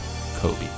Kobe